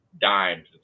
dimes